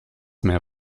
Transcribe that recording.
mehr